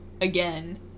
again